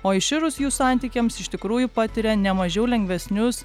o iširus jų santykiams iš tikrųjų patiria nemažiau lengvesnius